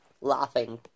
Laughing